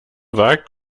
wagt